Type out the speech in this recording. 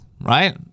right